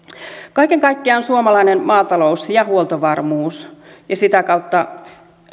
kaiken kaikkiaan suomalainen maatalous ja huoltovarmuus sitä kautta